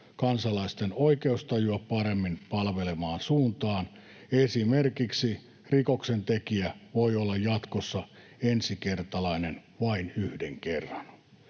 kansalaisten oikeustajua paremmin palvelevaan suuntaan. Esimerkiksi rikoksentekijä voi olla jatkossa ensikertalainen vain yhden kerran.